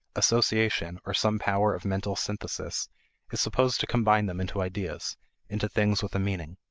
association or some power of mental synthesis is supposed to combine them into ideas into things with a meaning.